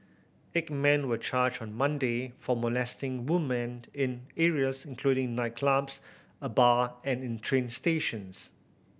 eight men were charged on Monday for molesting women in areas including nightclubs a bar and in train stations